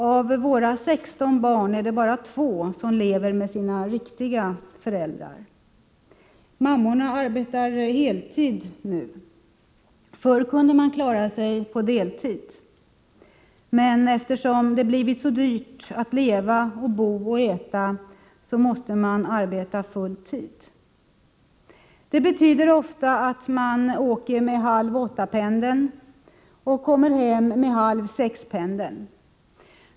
Av våra 16 barn är det bara 2 som lever med sina ”riktiga” föräldrar. Mammorna arbetar heltid nu. Förr kunde de klara sig med deltid, men eftersom det blivit så dyrt att leva, bo och äta måste de arbeta full tid. Det betyder ofta att man åker med halvåttapendeln och kommer hem med halvsexpendeln.